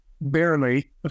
barely